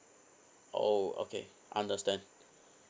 oh okay understand